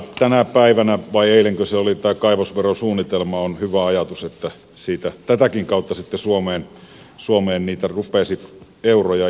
tänä päivänä esille tuli vai eilenkö se oli tämä kaivosverosuunnitelma ja on hyvä ajatus että tätäkin kautta sitten suomeen niitä euroja rupeaisi jäämään